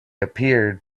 appeared